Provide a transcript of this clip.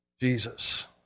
Jesus